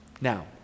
Now